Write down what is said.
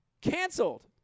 Canceled